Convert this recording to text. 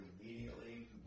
immediately